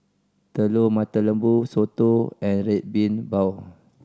Telur Mata Lembu soto and Red Bean Bao